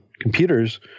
computers